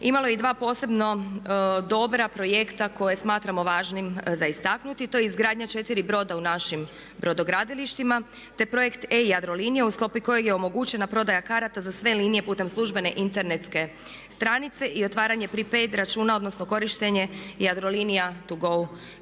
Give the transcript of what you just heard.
imalo i dva posebno dobra projekta koje smatramo važnim za istaknuti, a to je izgradnja četiri broda u našim brodogradilištima, te projekt e-Jadrolinije u sklopu kojeg je omogućena prodaja karata za sve linije putem službene internetske stranice i otvaranje prepaid računa odnosno korištenje Jadrolinija to go kartice.